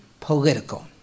political